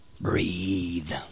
Breathe